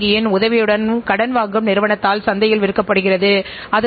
இவர்களுடைய திருப்தி நிறுவன வளர்ச்சிக்கு மிகவும் அவசியம்